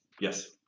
Yes